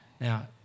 Now